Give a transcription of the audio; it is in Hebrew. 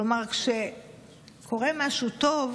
כלומר, כשקורה משהו טוב